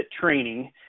Training